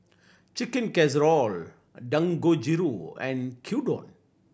Chicken Casserole Dangojiru and Gyudon